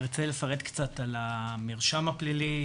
ארצה לפרט קצת על המרשם הפלילי,